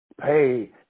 Pay